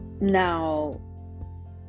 now